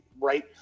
right